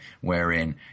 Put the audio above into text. wherein